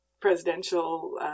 presidential